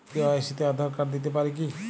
KYC তে Aadhaar card দিতে পারি কি?